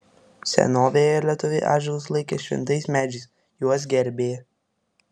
senovėje lietuviai ąžuolus laikė šventais medžiais juos gerbė